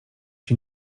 się